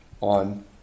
on